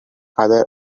other